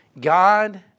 God